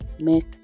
make